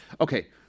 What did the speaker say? Okay